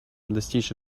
достичь